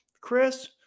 Chris